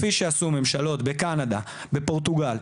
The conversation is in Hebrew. כפי שעשו ממשלות בקנדה ובפורטוגל?